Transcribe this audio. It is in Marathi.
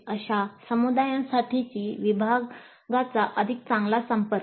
अशा समुदायासाठीही विभागाचा अधिक चांगला संपर्क